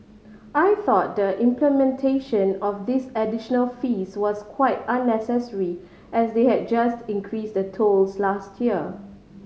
I thought the implementation of this additional fees was quite unnecessary as they had just increase the tolls last year